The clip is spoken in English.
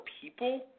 people